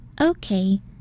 Okay